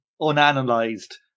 unanalyzed